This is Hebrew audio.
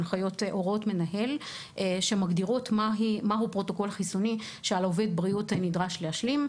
הוראות מנהל שמגדירות מהו פרוטוקול חיסוני שעובד בריאות נדרש להשלים.